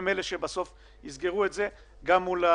הם אלה שבסוף "יסגרו" את זה, גם מול הגורמים.